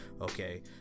okay